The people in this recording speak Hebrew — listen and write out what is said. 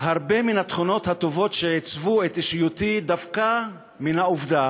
הרבה מן התכונות הטובות שעיצבו את אישיותי דווקא מן העובדה